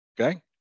okay